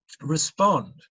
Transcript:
respond